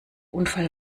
unfall